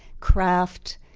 craft,